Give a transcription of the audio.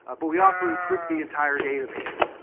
ah but we also encrypt the entire database.